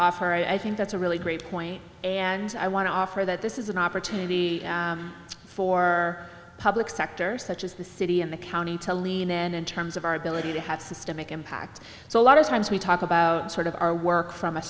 offer i think that's a really great point and i want to offer that this is an opportunity for public sector such as the city and the county to lean in in terms of our ability to have systemic impact so a lot of times we talk about sort of our work from a